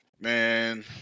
man